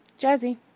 Jazzy